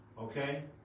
Okay